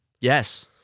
Yes